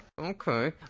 okay